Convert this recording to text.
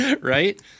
right